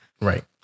Right